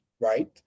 right